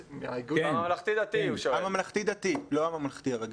הממלכתי-דתי, לא הממלכתי הרגיל.